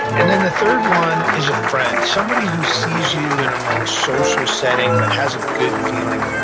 and then the third one is a friend, somebody who sees you in a more social setting, but has a good feeling, but